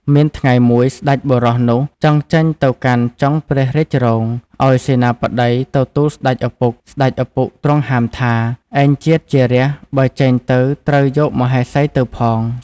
មានថ្ងៃមួយស្តេចបុរសនោះចង់ចេញទៅកាន់ចុងព្រះរាជរោង អោយសេនាបតីទៅទូលស្តេចឪពុក ស្តេចឪពុកទ្រង់ហាមថា “ឯងជាតិជារាស្ត្របើចេញទៅត្រូវយក មហេសីទៅផង ” ។